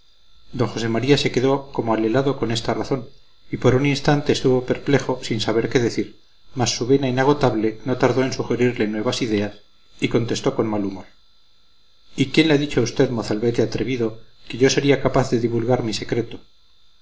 d josé maría se quedó como alelado con esta razón y por un instante estuvo perplejo sin saber qué decir mas su vena inagotable no tardó en sugerirle nuevas ideas y contestó con mal humor y quién le ha dicho a usted mozalbete atrevido que yo sería capaz de divulgar mi secreto